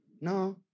No